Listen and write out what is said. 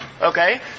Okay